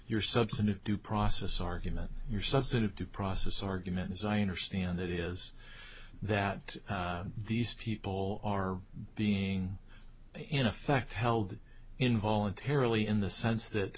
your substantive due process argument your subset of due process argument as i understand it is that these people are being in effect held in voluntarily in the sense that